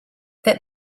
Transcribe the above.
that